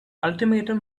ultimatum